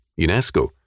UNESCO